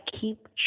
keep